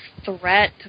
threat